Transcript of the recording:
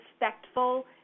respectful